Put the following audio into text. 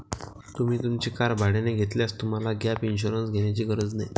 तुम्ही तुमची कार भाड्याने घेतल्यास तुम्हाला गॅप इन्शुरन्स घेण्याची गरज नाही